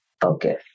focus